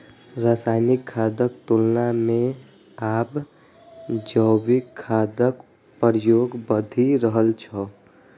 रासायनिक खादक तुलना मे आब जैविक खादक प्रयोग बढ़ि रहल छै